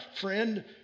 friend